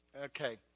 Okay